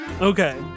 Okay